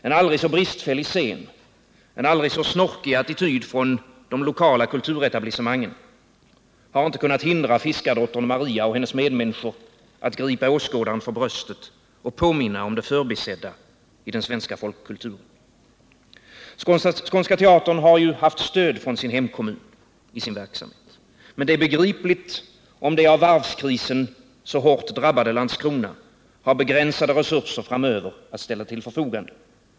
En aldrig så bristfällig scen och en aldrig så snorkig attityd från de lokala kulturetablissemangen har inte kunnat hindra fiskardottern Maria och hennes medmänniskor att gripa åskådaren för bröstet och påminna om det förbisedda i den svenska folkkulturen. Skånska teatern har ju haft stöd från sin hemkommun i sin verksamhet, att trygga de fria teatergruppernas men det är begripligt om det av varvskrisen så hårt drabbade Landskrona har begränsade resurser framöver att ställa till förfogande.